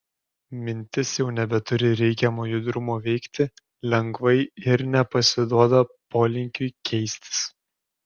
mintis jau nebeturi reikiamo judrumo veikti lengvai ir nepasiduoda polinkiui keistis